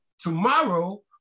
tomorrow